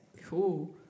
cool